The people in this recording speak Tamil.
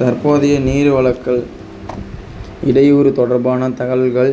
தற்போதைய நீர் வழக்கல் இடையூறு தொடர்பான தகவல்கள்